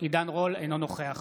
אינו נוכח